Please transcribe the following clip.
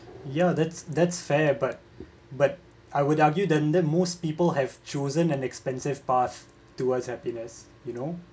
ya that's that's fair but but I would argue that that most people have chosen an expensive path towards happiness you know